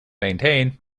maintain